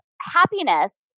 happiness